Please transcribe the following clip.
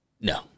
No